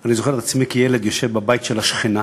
ואני זוכר את עצמי כילד יושב בבית של השכנה